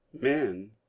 men